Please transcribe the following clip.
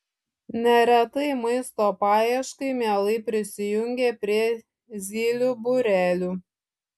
neretai maisto paieškai mielai prisijungia prie zylių būrelių